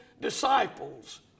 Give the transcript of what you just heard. disciples